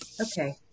okay